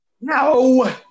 No